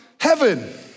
heaven